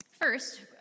First